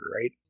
right